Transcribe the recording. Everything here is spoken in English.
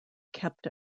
kept